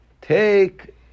Take